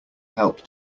help